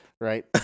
Right